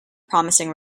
promising